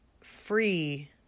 free